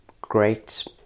great